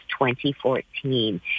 2014